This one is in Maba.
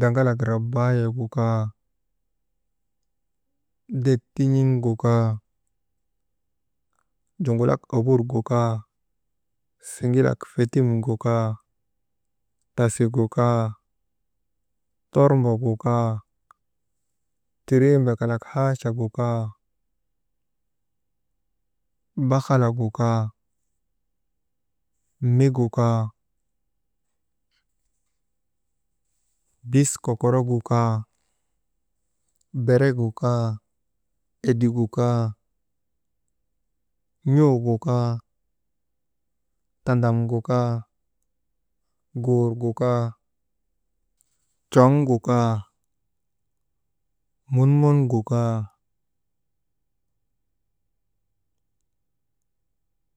daŋalak rabaayek gu kaa, dek tin̰iŋgu kaa juŋulak obur gu kaa, siŋilak fetim gu kaa tasik gu kaa, tornbok gu kaa, tirembek kalak haachak gu kaa, bahalagu kaa mik gu kaa, biskokorgu kaa, berek gu kaa, edik gu kaa, n̰ugu kaa tandam gu kaa, guur gu kaa, coŋ gu kaa munmon gu kaa.